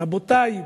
רבותי,